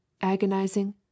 agonizing